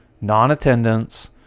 non-attendance